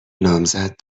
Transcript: نامزد